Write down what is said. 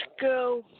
go